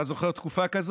אתה זוכר תקופה כזאת?